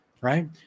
right